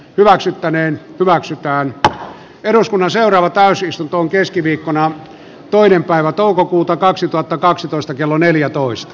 hyväksyttäneen hyväksytään eduskunnan seuraava täysistuntoon keskiviikkona toinen päivä toukokuuta kaksituhattakaksitoista kello neljätoista